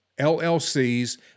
LLCs